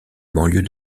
banlieue